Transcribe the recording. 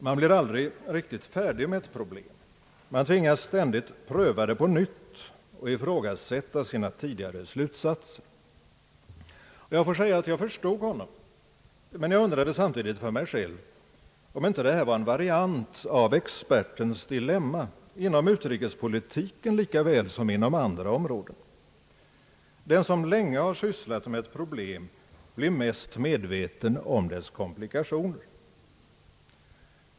Man blir aldrig riktigt färdig med ett problem. Man tvingas ständigt pröva det på nytt och ifrågasätta sina tidigare slutsatser. Jag förstod honom, men jag undrade samtidigt för mig själv om detta inte var en variant av expertens dilemma inom utrikespolitiken likaväl som inom andra områden. Den som länge har sysslat med ett problem blir mest medveten om dess komplikationer.